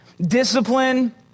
discipline